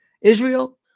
Israel